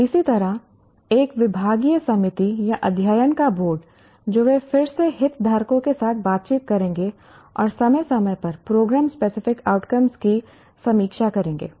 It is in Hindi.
इसी तरह एक विभागीय समिति या अध्ययन का बोर्ड जो वे फिर से हितधारकों के साथ बातचीत करेंगे और समय समय पर प्रोग्राम स्पेसिफिक आउटकम्स की समीक्षा करेंगे